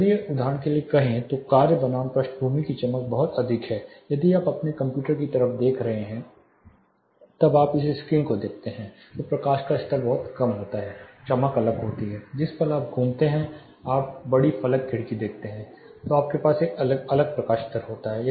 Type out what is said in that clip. यदि ये उदाहरण के लिए कहें तो कार्य बनाम पृष्ठभूमि की चमक बहुत अधिक है यदि आप अपने कंप्यूटर को इस तरफ देख रहे हैं जब आप इस स्क्रीन को देखते हैं तो प्रकाश का स्तर बहुत कम होता है चमक अलग होती है जिस पल आप घूमते हैं आप बड़ी फलक खिड़की देखते हैं तो आपके पास एक अलग प्रकाश स्तर होता है